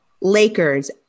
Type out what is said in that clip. Lakers